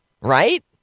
right